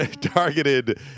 targeted